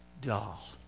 doll